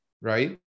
right